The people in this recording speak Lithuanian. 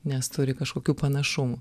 nes turi kažkokių panašumų